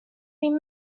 been